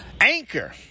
Anchor